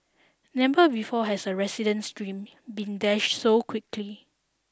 never before has a resident's dream been dashed so quickly